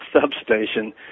substation